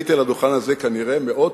אני עליתי על הדוכן הזה כנראה מאות,